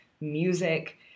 music